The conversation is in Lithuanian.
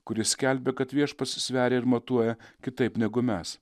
kuris skelbia kad viešpats sveria ir matuoja kitaip negu mes